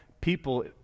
people